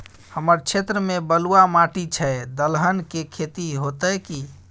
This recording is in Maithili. हमर क्षेत्र में बलुआ माटी छै, दलहन के खेती होतै कि?